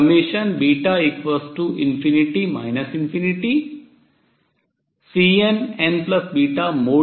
और इसे β∞ ∞